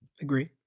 agree